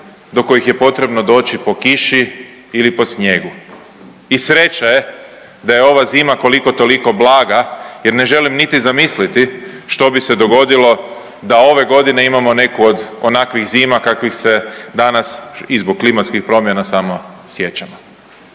do kojih je potrebno doći po kiši ili po snijegu i sreća je da je ova zima koliko toliko blaga jer ne želim niti zamisliti što bi se dogodilo da ove godine imamo neku od onakvih zima kakvih se danas i zbog klimatskih promjena samo sjećamo.